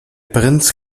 prinz